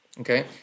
Okay